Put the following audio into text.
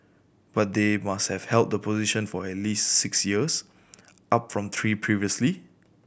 but they must have held the position for at least six years up from three previously